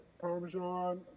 parmesan